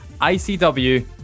ICW